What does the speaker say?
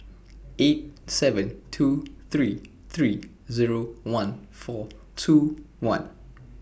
eight seven two three three Zero one four two one